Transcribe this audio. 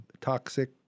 toxic